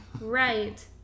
Right